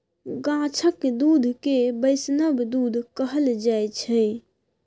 गाछक दुध केँ बैष्णव दुध कहल जाइ छै